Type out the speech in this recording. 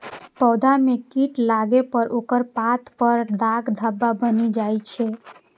पौधा मे कीट लागै पर ओकर पात पर दाग धब्बा बनि जाइ छै